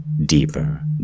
deeper